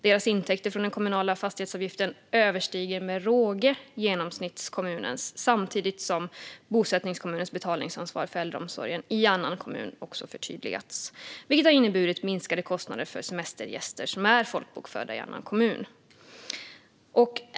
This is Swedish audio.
Deras intäkter från den kommunala fastighetsavgiften överstiger med råge genomsnittskommunens samtidigt som bosättningskommunens betalningsansvar för äldreomsorgen i annan kommun också har förtydligats, vilket har inneburit minskade kostnader för semestergäster som är folkbokförda i annan kommun.